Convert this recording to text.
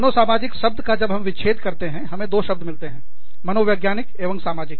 मनोसामाजिक शब्द का जब हम विच्छेद करते हैं हमें दो शब्द मिलते हैं मनोवैज्ञानिक एवं सामाजिक